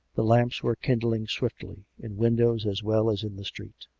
the lamps were kindling swiftly, in windows as well as in the street